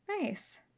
nice